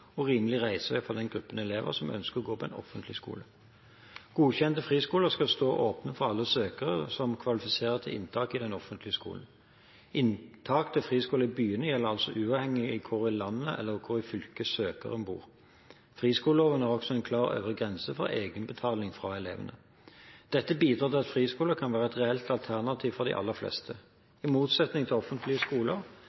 og rimelig reisevei for den gruppen elever som ønsker å gå på en offentlig skole. Godkjente friskoler skal stå åpne for alle søkere som kvalifiserer til inntak i den offentlige skolen. Inntak til friskoler i byene gjelder altså uavhengig av hvor i landet eller hvor i fylket søkeren bor. Friskoleloven har også en klar øvre grense for egenbetaling fra elevene. Dette bidrar til at friskoler kan være et reelt alternativ for de aller fleste.